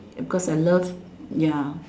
ya because I love ya